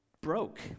broke